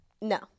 No